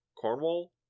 Cornwall